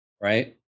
right